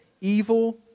evil